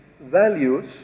values